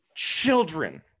children